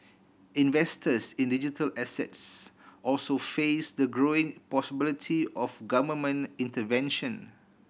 investors in digital assets also face the growing possibility of government intervention